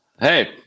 hey